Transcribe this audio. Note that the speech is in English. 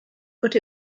but